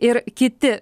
ir kiti